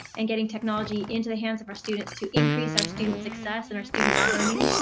and getting technology into the hands of our students to increase our student success and our student learning,